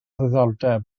ddiddordeb